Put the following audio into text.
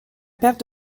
perte